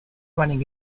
running